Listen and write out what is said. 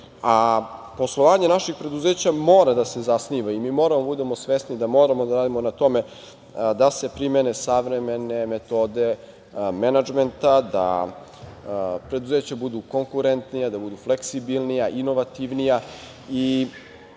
a poslovanje naših preduzeća mora da se zasniva i mi moramo da budemo svesni da moramo da radimo na tome da se primene savremene metode menadžmenta, da preduzeća budu konkurentnija, da budu fleksibilnija, inovativnija.